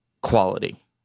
quality